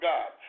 God